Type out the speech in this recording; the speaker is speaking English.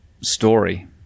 story